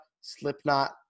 Slipknot